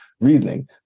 reasoning